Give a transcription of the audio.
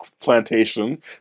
plantation